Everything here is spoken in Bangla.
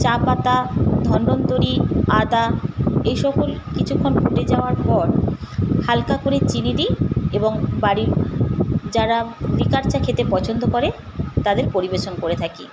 চা পাতা ধন্বন্তরি আদা এই সকল কিছুক্ষণ ফুটে যাওয়ার পর হালকা করে চিনি দিই এবং বাড়ির যারা লিকার চা খেতে পছন্দ করে তাদের পরিবেশন করে থাকি